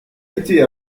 été